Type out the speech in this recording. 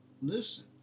Listen